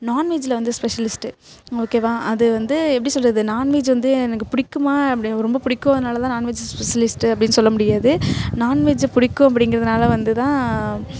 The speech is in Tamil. நான்வெஜில் வந்து ஸ்பெஷலிஸ்ட்டு ஓகேவா அது வந்து எப்படி சொல்கிறது நான்வெஜ் வந்து எனக்குப் பிடிக்குமா அப்படி ஒரு ரொம்ப பிடிக்கும் அதனால தான் நான்வெஜ் ஸ்பெஷலிஸ்ட்டு அப்படினு சொல்ல முடியாது நான்வெஜ் பிடிக்கும் அப்படிங்கிறதுனால வந்து தான்